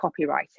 copywriting